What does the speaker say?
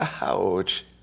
Ouch